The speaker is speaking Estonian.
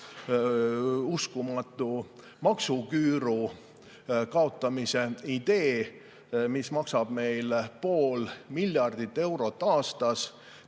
uskumatu maksuküüru kaotamise idee nimel, mis maksab meile pool miljardit eurot aastas,